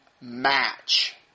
match